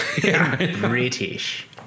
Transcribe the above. British